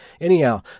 Anyhow